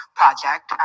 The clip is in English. project